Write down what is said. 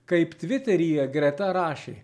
kaip tviteryje greta rašė